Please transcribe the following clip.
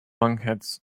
lunkheads